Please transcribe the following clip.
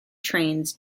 trains